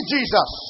Jesus